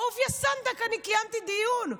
אהוביה סנדק, אני קיימתי דיון.